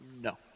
no